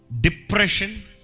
depression